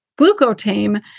glucotame